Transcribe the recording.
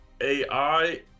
AI